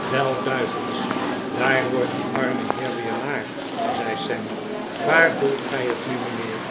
wel duivels daar wordt die arme heer weer naar zei sam waar voelt gij het nu mijnheer